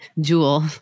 Jewel